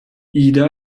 ida